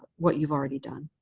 what you've already done.